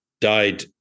died